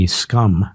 scum